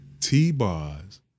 T-Bars